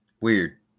Weird